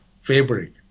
fabric